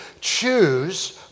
choose